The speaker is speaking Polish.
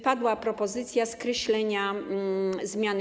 Padła propozycja skreślenia tej zmiany.